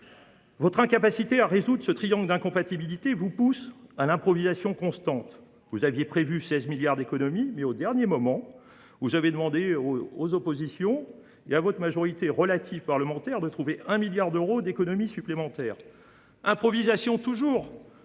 Votre incapacité à résoudre ce triangle d’incompatibilités vous pousse à l’improvisation constante. Vous aviez prévu 16 milliards d’euros d’économies, mais, au dernier moment, vous avez demandé aux oppositions et à votre majorité parlementaire relative de trouver 1 milliard d’euros d’économies supplémentaires. Improvisation toujours,